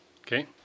Okay